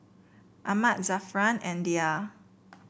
Ahmad Zafran and Dhia